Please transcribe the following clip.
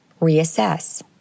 reassess